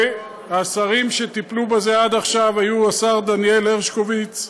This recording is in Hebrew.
והשרים שטיפלו בזה עד עכשיו היו השר דניאל הרשקוביץ,